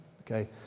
Okay